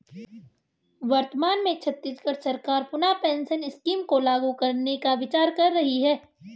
वर्तमान में छत्तीसगढ़ सरकार पुनः पेंशन स्कीम को लागू करने का विचार कर रही है